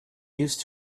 used